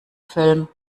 film